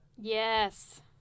Yes